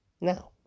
Now